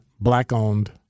Black-owned